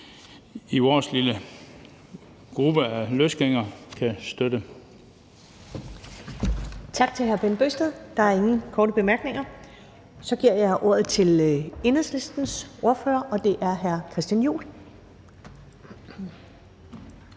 vores lille gruppe af løsgængere kan støtte.